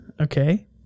Okay